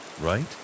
right